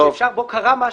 שבו קרה משהו